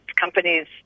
companies